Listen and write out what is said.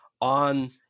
on